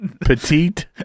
petite